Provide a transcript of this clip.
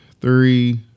three